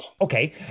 Okay